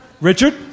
Richard